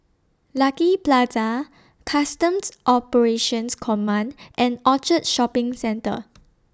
Lucky Plaza Customs Operations Command and Orchard Shopping Centre